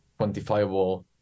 quantifiable